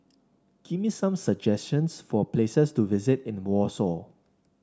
give me some suggestions for places to visit in Warsaw